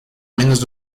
menos